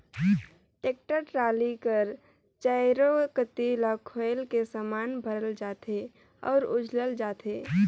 tractor trolley कर चाएरो कती ल खोएल के समान भरल जाथे अउ उझलल जाथे